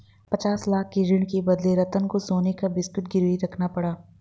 पचास लाख के ऋण के बदले रतन को सोने का बिस्कुट गिरवी रखना पड़ा